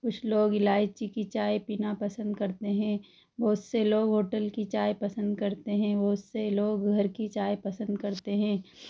कुछ लोग इलायची की चाय पीना पसंद करते हैं बहुत से लोगों होटल की चाय पसंद करते हैं बहुत से लोग घर की चाय पसंद करते हैं